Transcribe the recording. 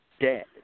dead